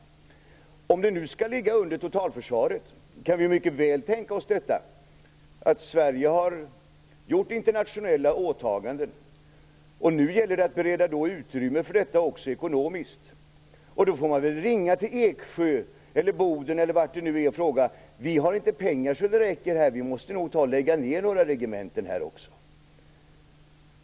Om det nu skall ligga under totalförsvaret, kan det mycket väl bli så att man, om Sverige har gjort internationella åtaganden och det gäller att också bereda ekonomiskt utrymme för dessa, får ringa till Eksjö eller till Boden och säga: Vi har inte pengar så det räcker, vi får nog lägga ned några regementen.